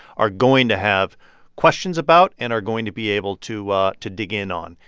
are going to have questions about and are going to be able to ah to dig in on.